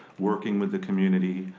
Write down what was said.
working with the community,